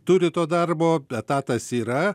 turi to darbo etatas yra